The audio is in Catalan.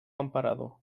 emperador